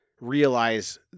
realize